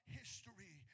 history